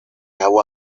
agua